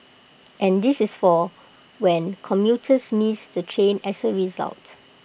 and this is for when commuters miss the train as A result